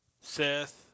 Seth